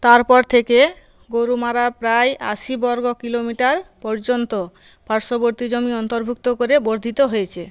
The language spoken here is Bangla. তারপর থেকে গরুমারা প্রায় আশি বর্গ কিলোমিটার পর্যন্ত পার্শ্ববর্তী জমি অন্তর্ভুক্ত করে বর্ধিত হয়েছে